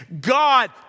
God